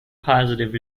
positive